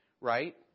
right